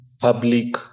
public